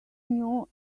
new